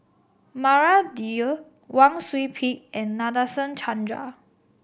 Maria Dyer Wang Sui Pick and Nadasen Chandra